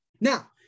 Now